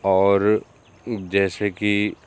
और जैसे कि